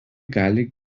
gali